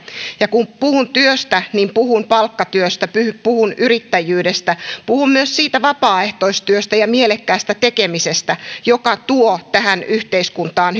ja kun puhun työstä puhun palkkatyöstä puhun yrittäjyydestä puhun myös siitä vapaaehtoistyöstä ja mielekkäästä tekemisestä joka tuo tähän yhteiskuntaan